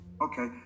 Okay